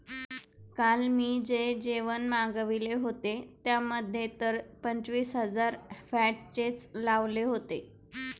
काल मी जे जेवण मागविले होते, त्यामध्ये तर पंचवीस रुपये व्हॅटचेच लावले होते